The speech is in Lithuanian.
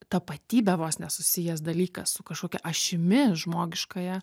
tapatybe vos ne susijęs dalykas su kažkokia ašimi žmogiškąja